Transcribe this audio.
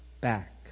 back